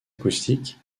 acoustique